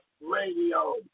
Radio